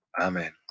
Amen